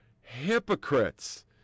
hypocrites